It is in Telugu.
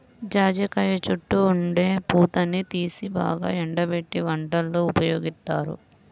జాజికాయ చుట్టూ ఉండే పూతని తీసి బాగా ఎండబెట్టి వంటల్లో ఉపయోగిత్తారు